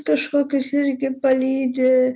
kažkokius irgi palydi